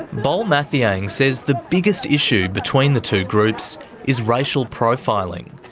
bol mathiang says the biggest issue between the two groups is racial profiling.